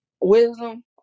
Wisdom